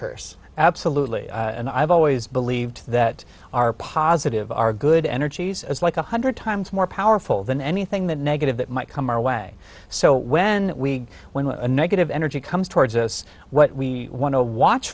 curse absolutely and i've always believed that are positive are good energies as like a hundred times more powerful than anything the negative that might come our way so when we went to a negative energy comes towards us what we want to watch